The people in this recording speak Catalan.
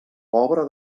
pobre